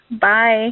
Bye